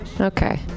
Okay